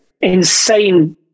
insane